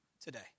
today